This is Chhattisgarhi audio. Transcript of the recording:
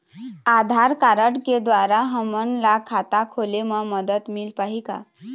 आधार कारड के द्वारा हमन ला खाता खोले म मदद मिल पाही का?